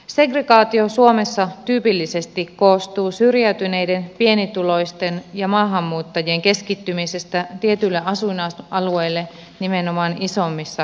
segregaatio suomessa tyypillisesti koostuu syrjäytyneiden pienituloisten ja maahanmuuttajien keskittymisestä tietyille asuinalueille nimenomaan isommissa kaupungeissa